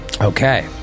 Okay